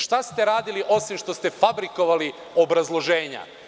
Šta ste radili osim što ste fabrikovali obrazloženja?